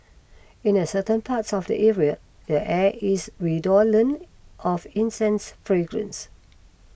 in the certain parts of the area the air is redolent of incense fragrance